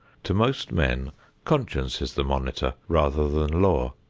to most men conscience is the monitor, rather than law.